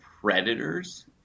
predators